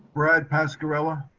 brad pascarella